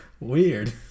Weird